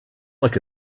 like